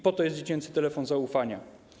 Po to jest dziecięcy telefon zaufania.